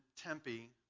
Tempe